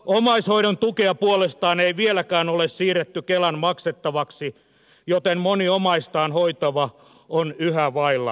omaishoidon tukea puolestaan ei vieläkään ole siirretty kelan maksettavaksi joten moni omaistaan hoitava on yhä vailla tukea